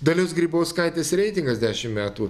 dalios grybauskaitės reitingas dešim metų